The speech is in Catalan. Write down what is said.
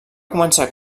començar